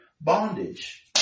bondage